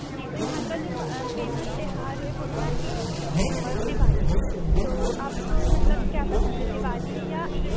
जी तो यहाँ का जो प फे़मस त्योहार है वो है ना ईद और दिवाली तो आपको मतलब क्या पसंद है दिवाली या ईद